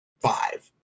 five